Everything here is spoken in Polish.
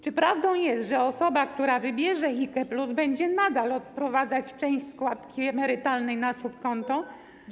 Czy prawdą jest, że osoba, która wybierze IKE+, będzie nadal odprowadzać część składki emerytalnej na subkonto?